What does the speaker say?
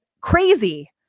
crazy